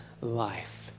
life